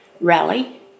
rally